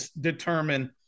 determine